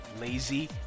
lazy